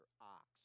ox